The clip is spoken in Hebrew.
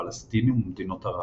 הפלסטינים ומדינות ערב.